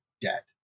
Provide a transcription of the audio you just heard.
debt